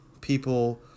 people